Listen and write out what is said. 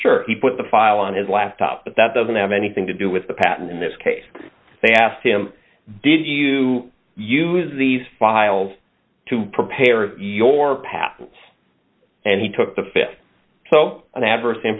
sure he put the file on his laptop but that doesn't have anything to do with the patent in this case they asked him did you use these files to prepare your patents and he took the th so an adverse